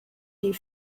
die